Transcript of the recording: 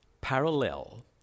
parallel